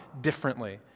differently